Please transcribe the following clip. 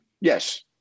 Yes